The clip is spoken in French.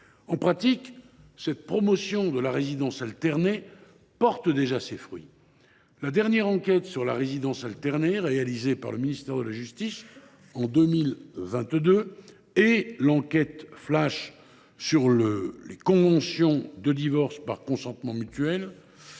En pratique, cette promotion de la résidence alternée porte déjà ses fruits : la dernière enquête sur la résidence alternée, réalisée par le ministère de la justice en 2022, et l’enquête flash sur les conventions de divorce par consentement mutuel,